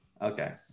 Okay